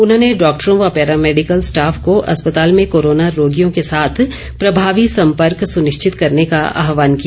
उन्होंने डॉक्टरों व पैरामेडिकल स्टाफ को अस्पताल में कोरोना रोगियों के साथ प्रभावी संपर्क सुनिश्चित करने का आहवान किया